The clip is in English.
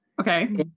Okay